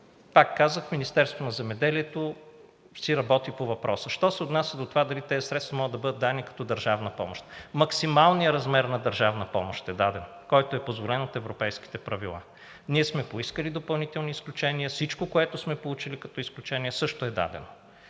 пак казах: Министерството на земеделието си работи по въпроса. Що се отнася до това дали тези средства могат да бъдат дадени като държавна помощ, максималният размер на държавна помощ е даден, който е позволен от европейските правила. Ние сме поискали допълнителни изключения и всичко, което сме получили като изключения, също е дадено.